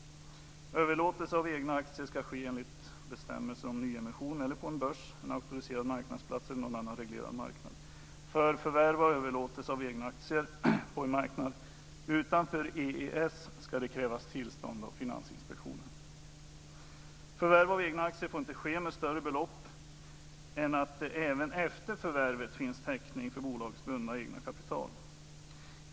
Överlåtelse av egna aktier ska ske enligt bestämmelser om nyemission eller på en börs, en auktoriserad marknadsplats eller någon annan reglerad marknad. För förvärv och överlåtelse av egna aktier på en marknad utanför EES ska det krävas tillstånd av Finansinspektionen. Förvärv av egna aktier får inte ske med större belopp än att det även efter förvärvet finns täckning för bolagets bundna egna kapital.